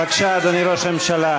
סעיף 47. בבקשה, אדוני ראש הממשלה.